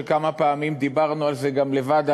שכמה פעמים דיברנו על זה גם לבד,